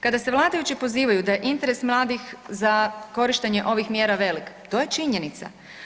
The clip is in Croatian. Kada se vladajući pozivaju da je interes mladih za korištenje ovih mjera velik, to je činjenica.